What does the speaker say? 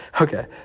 Okay